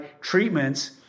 treatments